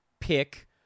pick